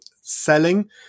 selling